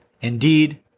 Indeed